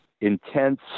intense